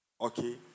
okay